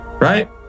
right